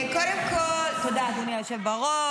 תודה, אדוני היושב בראש.